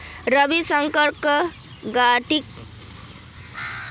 रविशंकरक guaranteed asset प्रोटेक्शनेर अंतर्गत साढ़े चार करोड़ रुपया मिल ले